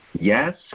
Yes